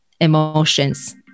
Emotions